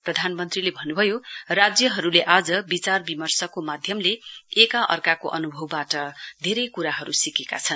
प्रधानमन्त्रीले भन्नुभयो राज्यहरुले आज विचार विमर्शको माध्यमले एका अर्काको अनुभववाट धेरै कुराहरु सिकेका छन्